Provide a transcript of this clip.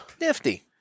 Nifty